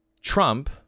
Trump